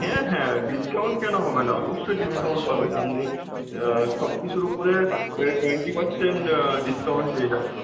হ্যাঁ হ্যাঁ ডিসকাউন্ট কেন হবে না অবশ্যই ডিসকাউন্ট পাবেন আপনি সব কিছুর ওপরে এ টোয়েন্টি পারসেন্ট ডিসকাউন্ট পেয়ে যাবেন